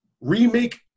Remake